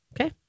okay